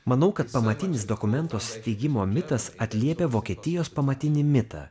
manau kad pamatinis dokumentos steigimo mitas atliepia vokietijos pamatinį mitą